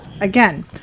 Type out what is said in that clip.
again